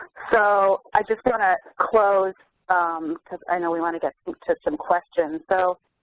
so, i just want to close because i know we want to get to some questions. so,